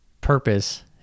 purpose